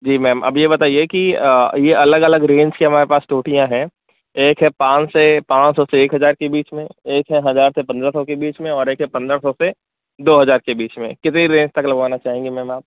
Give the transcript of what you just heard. जी ma'am अब ये बताइए कि ये अलग अलग रेंज की हमारे पास टोंटियाँ हैं एक है पाँच से पाँच सौ से एक हज़ार के बीच में एक है हजार से पंद्रह सौ के बीच में और एक है पंद्रह सौ से दो हज़ार के बीच में कितनी रेंज तक लगवाना चाहेंगे मैंम आप